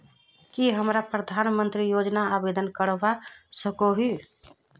की हमरा प्रधानमंत्री योजना आवेदन करवा सकोही?